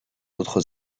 autres